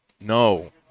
No